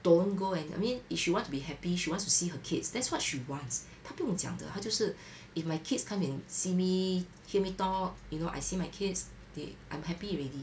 don't go and I mean if you want to be happy she wants to see her kids that's what she wants 她不懂讲的她就是 if my kids come and see me hear me talk you know I see my kids they I'm happy already